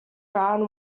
brown